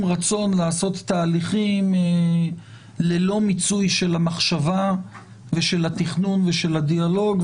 רצון לעשות תהליכים ללא מיצוי של החשבה ושל התכנון ושל הדיאלוג.